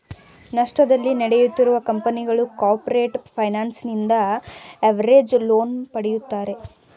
ನಷ್ಟದಲ್ಲಿ ನಡೆಯುತ್ತಿರುವ ಕಂಪನಿಗಳು ಕಾರ್ಪೊರೇಟ್ ಫೈನಾನ್ಸ್ ನಿಂದ ಲಿವರೇಜ್ಡ್ ಲೋನ್ ಪಡೆಯುತ್ತಾರೆ